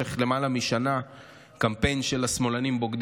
למעלה משנה קמפיין של "שמאלנים בוגדים"?